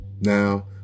now